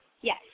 Yes